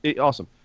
Awesome